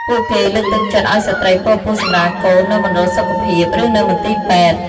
ពួកគេលើកទឹកចិត្តឱ្យស្ត្រីពរពោះសម្រាលកូននៅមណ្ឌលសុខភាព ឬនៅមន្ទីរពេទ្យ។